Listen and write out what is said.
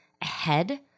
ahead